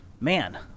Man